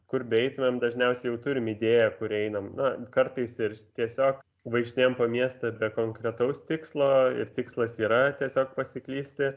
kur beeitumėme dažniausiai jau turim idėją kur einam na kartais ir tiesiog vaikštinėjam po miestą be konkretaus tikslo ir tikslas yra tiesiog pasiklysti